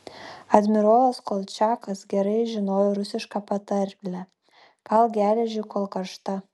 admirolas kolčiakas gerai žinojo rusišką patarlę kalk geležį kol karšta